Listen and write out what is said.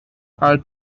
are